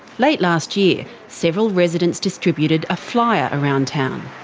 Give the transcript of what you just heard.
late last year, several residents distributed a flyer around town.